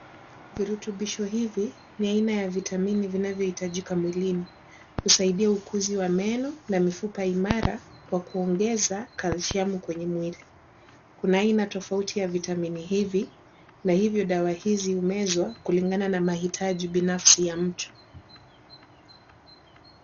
Virutubisho hivi ni aina ya vitamini vinavyohitajika mwilini, husaidia ukuzi wa meno na mifupa imara kwa kuongeza calcium kwenye mwili. Kuna aina tofauti ya vitamini hivi, na ivyo dawa hizi humezwa kulingana na mahitaji binafsi ya mtu.